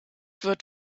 wird